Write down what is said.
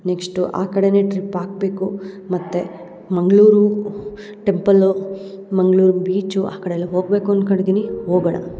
next ಆ ಕಡೆನೇ trip ಹಾಕ್ಬೇಕು ಮತ್ತು ಮಂಗಳೂರು ಟೆಂಪಲ್ಲು ಮಂಗ್ಳೂರು ಬೀಚು ಆ ಕಡೆ ಎಲ್ಲ ಹೋಗಬೇಕು ಅನ್ಕೊಂಡು ಇದ್ದೀನಿ ಹೋಗೊಣ